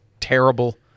terrible